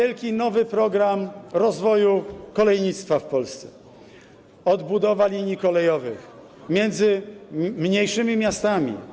Wielki nowy program rozwoju kolejnictwa w Polsce, odbudowa linii kolejowych między mniejszymi miastami.